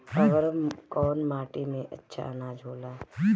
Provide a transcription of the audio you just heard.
अवर कौन माटी मे अच्छा आनाज होला?